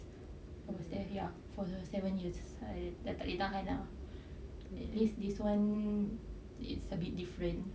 what's that ya for the seven years I dah tak boleh tahan ah at least this [one] it's a bit different